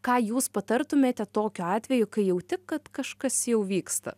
ką jūs patartumėte tokiu atveju kai jauti kad kažkas jau vyksta